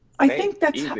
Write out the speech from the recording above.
i think that's.